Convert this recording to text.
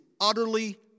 utterly